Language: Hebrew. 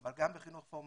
אבל גם בחינוך פורמלי,